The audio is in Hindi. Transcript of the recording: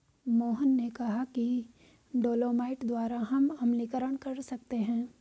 मोहन ने कहा कि डोलोमाइट द्वारा हम अम्लीकरण कर सकते हैं